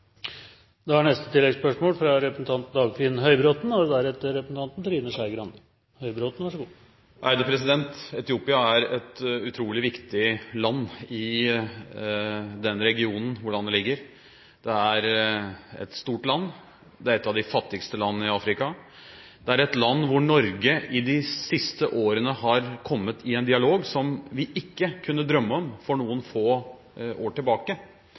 Dagfinn Høybråten – til oppfølgingsspørsmål. Etiopia er et utrolig viktig land i denne regionen, med tanke på hvor det ligger. Det er et stort land. Det er et av de fattigste land i Afrika. Det er et land som Norge i de siste årene har kommet i en dialog med som vi ikke kunne drømme om for noen få år tilbake,